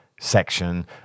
section